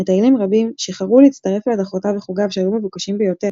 מטיילים רבים שיחרו להצטרף להדרכותיו וחוגיו שהיו מבוקשים ביותר.